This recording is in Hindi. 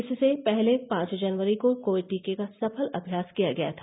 इससे पहले पांच जनवरी को कोविड टीके का सफल अभ्यास किया गया था